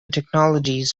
technologies